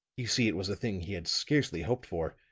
you see, it was a thing he had scarcely hoped for.